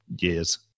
years